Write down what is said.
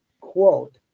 quote